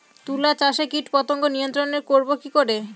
তুলা চাষে কীটপতঙ্গ নিয়ন্ত্রণর করব কি করে?